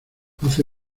hace